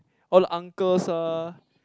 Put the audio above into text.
all the uncles uh